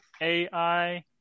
AI